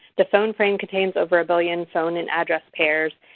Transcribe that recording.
the phone frame contains over a billion phone and address pairs.